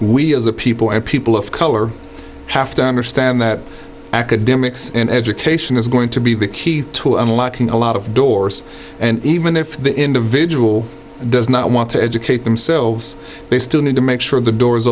we as a people and people of color have to understand that academics and education is going to be the key to unlocking a lot of doors and even if the individual does not want to educate themselves they still need to make sure the doors